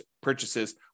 purchases